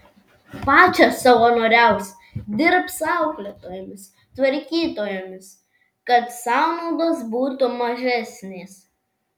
pačios savanoriaus dirbs auklėtojomis tvarkytojomis kad sąnaudos būtų mažesnės